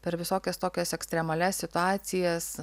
per visokias tokias ekstremalias situacijas